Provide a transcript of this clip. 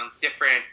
different